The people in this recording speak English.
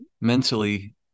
mentally